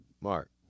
Mark